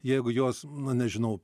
jeigu juos nu nežinau